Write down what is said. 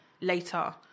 later